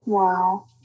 Wow